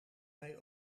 hij